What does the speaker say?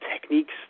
techniques